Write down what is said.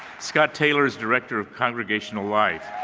scott hayler is director of congregational life.